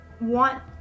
want